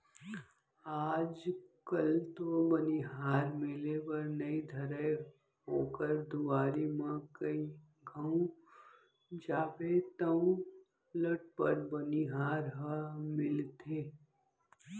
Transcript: आज कल तो बनिहार मिले बर नइ धरय ओकर दुवारी म कइ घौं जाबे तौ लटपट बनिहार ह मिलथे